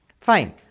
fine